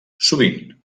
sovint